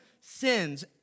sins